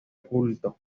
culto